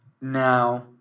now